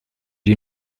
you